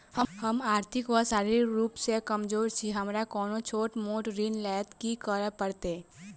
हम आर्थिक व शारीरिक रूप सँ कमजोर छी हमरा कोनों छोट मोट ऋण लैल की करै पड़तै?